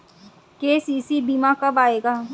KCC बीमा कब आएगा?